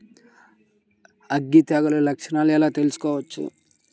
అగ్గి తెగులు లక్షణాలను ఎలా తెలుసుకోవచ్చు?